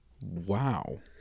Wow